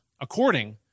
according